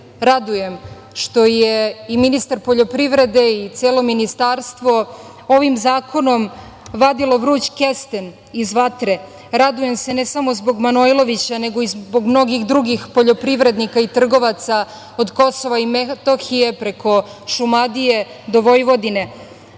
radujem što su i ministar poljoprivrede i celo Ministarstvo ovim zakonom vadili vruć kesten iz vatre. Radujem se ne samo zbog Manojlovića, nego i zbog mnogih drugih poljoprivrednika i trgovaca od Kosova i Metohije, preko Šumadije do Vojvodine. Država